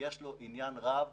ויש לו עניין רב